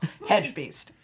Hedgebeast